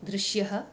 दृश्यः